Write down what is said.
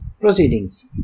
proceedings